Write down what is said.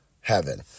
heaven